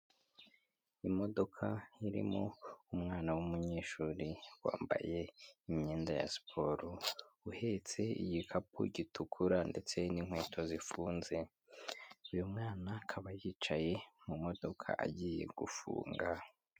Imodoka irimo umwana w'umunyeshuri wambaye imyenda ya siporo, uhetse igikapu gitukura ndetse n'inkweto zifunze, uyu mwana akaba yicaye mu modoka agiye gufunga.